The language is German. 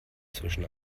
zwischen